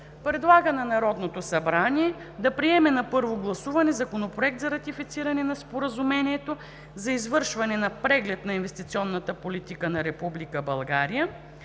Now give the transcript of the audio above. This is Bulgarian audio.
предлага на Народното събрание да приеме на първо гласуване Законопроект за ратифициране на Споразумението за извършване на Преглед на инвестиционната политика на Република България